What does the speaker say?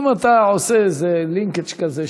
אם אתה עושה איזה לינקג' כזה,